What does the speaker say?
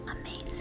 amazing